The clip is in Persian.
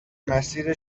مسیر